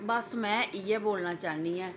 बस में इ'यै बोलना चाहन्नी आं